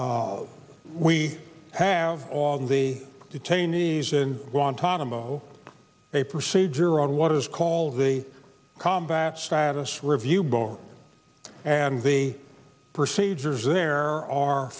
corpus we have all the detainees in guantanamo a procedure on what is called the combat status review board and the procedures there are